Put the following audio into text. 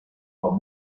con